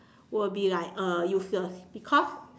will be like uh useless because